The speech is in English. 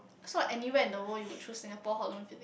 so anywhere in the world you will choose Singapore Holland-Village